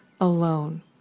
alone